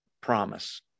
promise